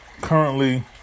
currently